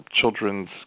children's